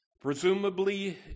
Presumably